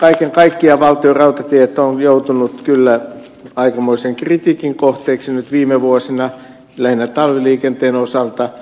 kaiken kaikkiaan valtionrautatiet on joutunut kyllä aikamoisen kritiikin kohteeksi nyt viime vuosina lähinnä talviliikenteen osalta